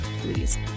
please